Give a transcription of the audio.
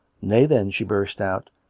nay, then, she burst out,